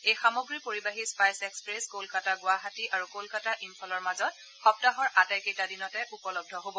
এই সামগ্ৰী পৰিবাহী স্পাইছ এক্সপ্ৰেছ কলকতা গুৱাহাটী আৰু কলকতা ইম্ফলৰ মাজত সপ্তাহৰ আটাইকেইটা দিনতে উপলব্ধ হব